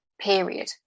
period